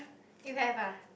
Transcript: you have ah